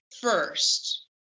first